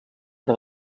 per